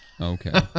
Okay